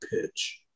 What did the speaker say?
pitch